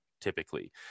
typically